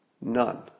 None